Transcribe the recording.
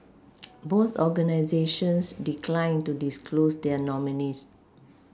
both organisations declined to disclose their nominees